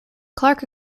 clarke